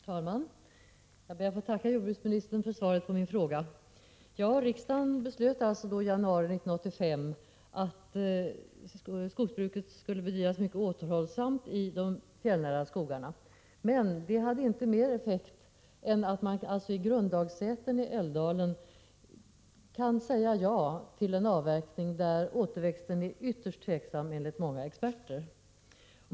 Herr talman! Jag ber att få tacka jordbruksministern för svaret på min fråga. Riksdagen beslöt alltså i januari 1985 att skogsbruket skulle bedrivas mycket återhållsamt i de fjällnära skogarna. Men det har inte haft mer effekt än att man i Grundagssätern i Älvdalen kan säga ja till en avverkning trots att återväxten är ytterst tveksam enligt många experter.